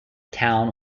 town